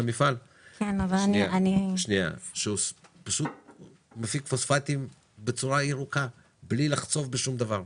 מפעל שמשיג פוספטים בצורה ירוקה בלי לחצוב בשום דבר.